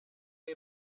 you